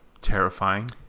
Terrifying